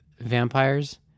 vampires